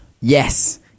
Yes